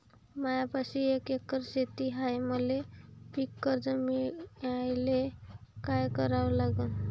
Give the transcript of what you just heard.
मायापाशी एक एकर शेत हाये, मले पीककर्ज मिळायले काय करावं लागन?